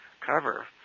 cover